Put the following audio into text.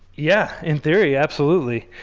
yeah, in theory, absolutely.